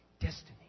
destiny